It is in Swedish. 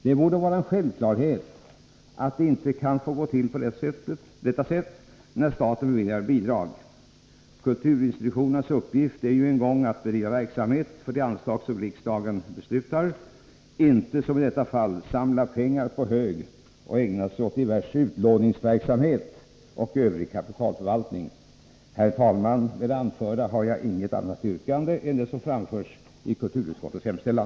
Det borde vara en självklarhet att det inte kan få gå till på detta sätt när staten beviljar bidrag. Kulturinstitutionernas uppgift är ju en gång att bedriva verksamhet för de anslag som riksdagen beslutar, inte, såsom i detta fall, att samla pengar på hög och ägna sig åt diverse utlåningsverksamhet och övrig kapitalförvaltning. Herr talman! Med det anförda har jag inget annat yrkande än det som framfördes i kulturutskottets hemställan.